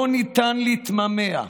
לא ניתן להתמהמה,